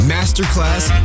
Masterclass